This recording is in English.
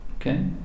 Okay